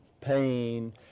pain